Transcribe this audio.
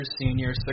senior